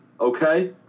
Okay